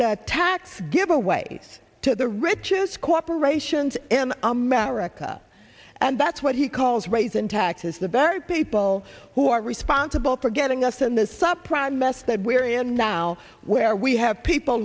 that tax giveaways to the richest corporations in america and that's what he calls raising taxes the barry people who are responsible for getting us in this sub prime mess that we're in now where we have people